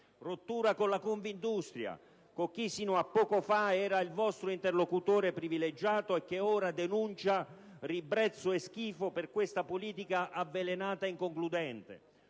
rottura con la Confindustria, con chi sino a poco fa era il vostro interlocutore privilegiato e che ora denuncia ribrezzo e schifo per questa politica avvelenata ed inconcludente;